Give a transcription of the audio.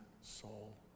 soul